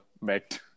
met